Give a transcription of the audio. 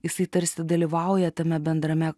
jisai tarsi dalyvauja tame bendrame